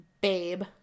babe